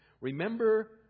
Remember